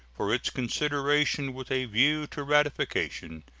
for its consideration with a view to ratification,